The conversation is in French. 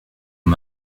aux